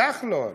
כחלון,